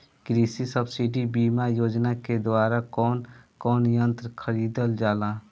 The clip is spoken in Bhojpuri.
कृषि सब्सिडी बीमा योजना के द्वारा कौन कौन यंत्र खरीदल जाला?